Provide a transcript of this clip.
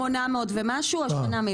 שנה שעברה היה 800 אלף ומשהו, השנה 1 מיליון.